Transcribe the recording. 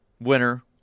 Winner